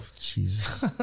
Jesus